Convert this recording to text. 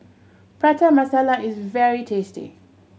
Prata Masala is very tasty